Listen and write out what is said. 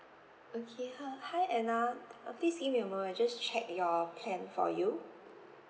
okay hi hi anna uh please give me a moment I'll just check your plan for you